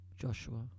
Joshua